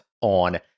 On